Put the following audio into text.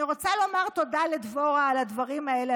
אני רוצה לומר תודה לדבורה על הדברים האלה,